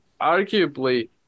Arguably